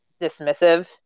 dismissive